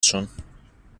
schon